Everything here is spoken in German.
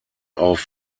auf